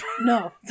No